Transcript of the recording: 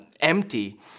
empty